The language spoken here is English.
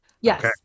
Yes